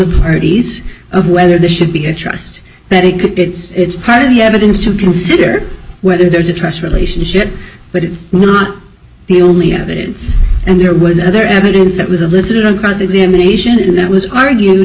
parties of whether there should be a trust that it could be it's part of the evidence to consider whether there's a trust relationship but it's not the only evidence and there was other evidence that was elicited on cross examination that was argued